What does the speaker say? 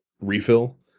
refill